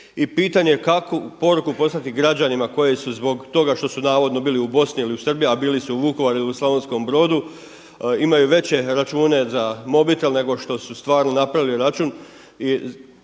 I pitanje kakvu poruku poslati građanima koji su zbog toga što su navodno bili u Bosni ili u Srbiji, a bili su Vukovaru ili u Slavonskom Brodu imaju veće račune za mobitel nego što su stvarno napravili račun.